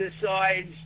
decides